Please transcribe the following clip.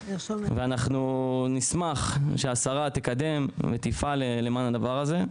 ואנחנו נשמח שהשרה תקדם ותפעל למען הדבר הזה.